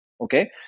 Okay